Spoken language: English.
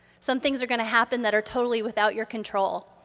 some things are gonna happen that are totally without your control.